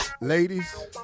Ladies